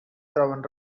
troben